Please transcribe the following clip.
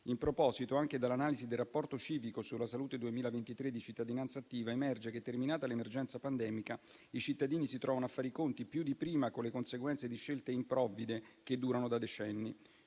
In proposito, anche dall'analisi del rapporto civico sulla salute 2023 di Cittadinanzattiva, emerge che, terminata l'emergenza pandemica, i cittadini si trovano a fare i conti più di prima con le conseguenze di scelte improvvide, che durano da decenni;